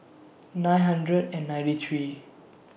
nine hundred and ninety three